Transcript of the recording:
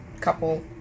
couple